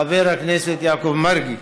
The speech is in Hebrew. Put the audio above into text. חבר הכנסת יעקב מרגי.